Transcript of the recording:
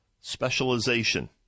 specialization